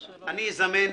אני אזמן,